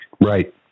Right